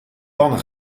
panne